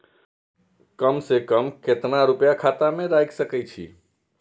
कम से कम केतना रूपया खाता में राइख सके छी?